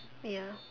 ya